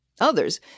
Others